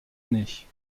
année